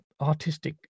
artistic